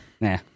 nah